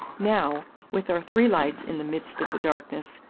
now, with our three lights in the midst of the darkness,